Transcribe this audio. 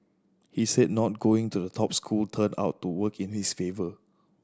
he said not going to a top school turned out to work in his favour